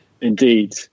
Indeed